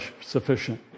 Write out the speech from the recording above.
sufficient